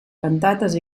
cantates